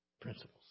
principles